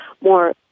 more